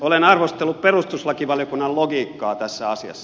olen arvostellut perustuslakivaliokunnan logiikkaa tässä asiassa